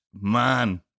man